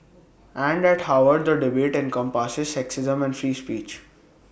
and at Harvard the debate encompasses sexism and free speech